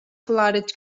clotted